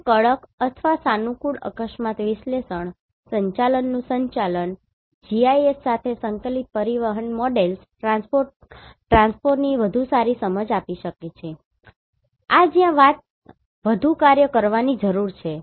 તેથી કડક અથવા સાનુકૂળ અકસ્માત વિશ્લેષણ સંચાલનનું સંચાલન GIS સાથે સંકલિત પરિવહન મોડેલ્સ ટ્રાન્સપોની વધુ સારી સમજ આપી શકે છે આ જ્યાં વધુ કાર્ય કરવાની જરૂર છે